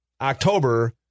October